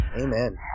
amen